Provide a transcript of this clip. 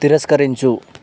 తిరస్కరించు